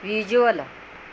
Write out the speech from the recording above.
visual